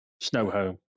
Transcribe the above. Snowhome